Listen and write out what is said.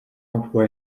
emploi